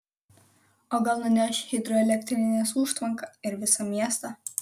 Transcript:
o gal nuneš hidroelektrinės užtvanką ir visą miestą